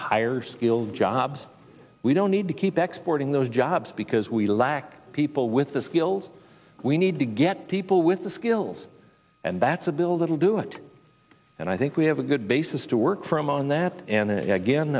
higher skilled jobs we don't need to keep exploiting those jobs because we lack people with the skills we need to get people with the skills and that's a bill that will do it and i think we have a good basis to work from on that and again